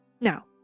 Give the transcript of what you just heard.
Now